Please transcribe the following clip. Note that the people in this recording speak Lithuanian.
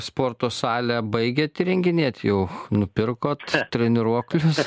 sporto salę baigiat įrenginėt jau nupirkot treniruoklius